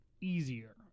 easier